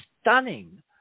stunning